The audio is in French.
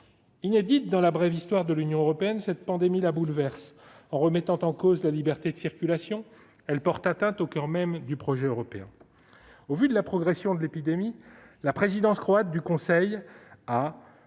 Inédite dans la brève histoire de l'Union européenne, cette pandémie la bouleverse. En remettant en cause la liberté de circulation, elle porte atteinte au coeur même du projet européen. Au vu de la progression de l'épidémie, la présidence croate du Conseil a,